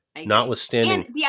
Notwithstanding